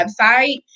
website